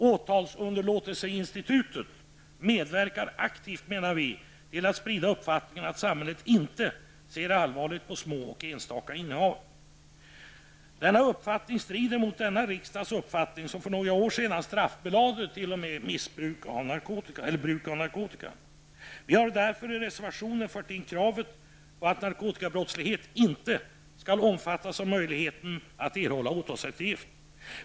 Åtalsunderlåtelseinstitutet medverkar aktivt till att sprida uppfattningen att samhället inte ser allvarligt på små och enstaka innehav. Denna uppfattning strider mot denna riksdags uppfattning. För några år sedan t.o.m. straffbelade riksdagen bruket av narkotika. Vi har därför i reservationen fört in kravet på att narkotikabrottslighet inte skall omfattas av möjligheten att erhålla åtalseftergift.